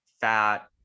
fat